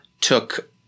took